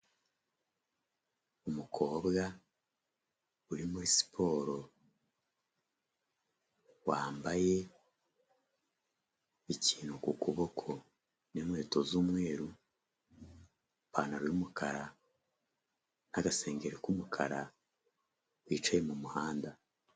Umukobwa uri muri siporo, wambaye ikintu ku kuboko, n'inkweto z'umweru, ipantaro y'umukara, n'agasengeri k'umukara, wicaye mu muhanda.